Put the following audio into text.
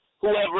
whoever